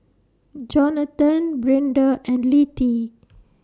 Johnathon Brinda and Littie